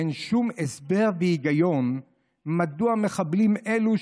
אין שום הסבר והיגיון מדוע מחבלים אלו,